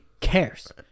cares